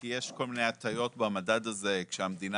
כי יש כל מיני הטיות במדד הזה כשהמדינה